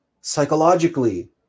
psychologically